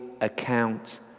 account